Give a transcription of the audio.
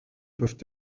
peuvent